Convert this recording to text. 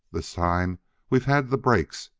this time we've had the breaks,